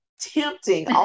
tempting